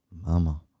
Mama